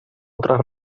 otras